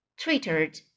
twittered